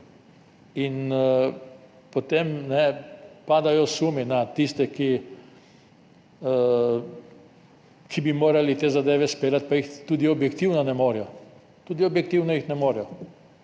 Potem padajo sumi na tiste, ki bi morali te zadeve izpeljati, pa jih tudi objektivno ne morejo. Tudi objektivno jih ne morejo,